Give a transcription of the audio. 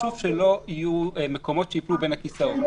חשוב שלא יהיו מקומות שייפלו בין הכיסאות,